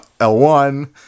L1